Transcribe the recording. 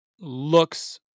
looks